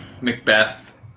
Macbeth